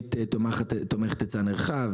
תכנונית תומכת היצע נרחב,